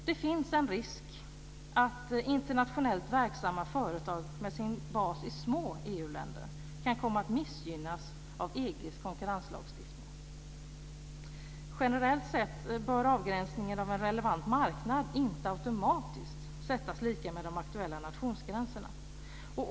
Det finns en risk att internationellt verksamma företag med sin bas i små EU-länder kan komma att missgynnas av EG:s konkurrenslagstiftning. Generellt sett bör avgränsningen av en relevant marknad inte automatiskt sättas lika med de aktuella nationsgränserna.